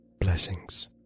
Blessings